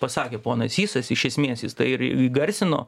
pasakė ponas sysas iš esmės jis tai ir įgarsino